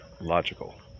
logical